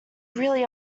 really